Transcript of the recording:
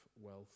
wealth